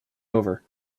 over